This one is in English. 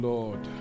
Lord